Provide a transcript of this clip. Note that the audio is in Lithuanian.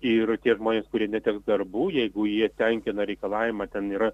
ir tie žmonės kurie neteks darbų jeigu jie tenkina reikalavimą ten yra